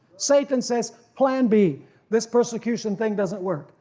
satan says plan b this persecution thing doesn't work,